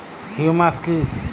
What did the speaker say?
Humus কি?